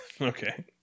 Okay